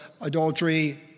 adultery